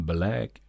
Black